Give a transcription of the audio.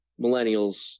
millennials